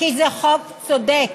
כי זה חוק צודק,